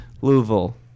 Louisville